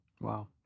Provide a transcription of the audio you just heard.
Wow